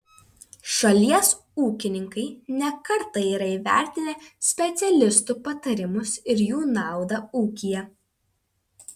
šalies ūkininkai ne kartą yra įvertinę specialistų patarimus ir jų naudą ūkyje